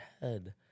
head